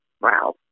wow